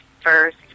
first